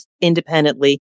independently